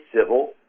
civil